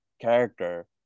character